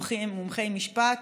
מומחי משפט,